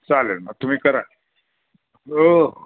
चालेल मग तुम्ही करा हो